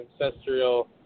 ancestral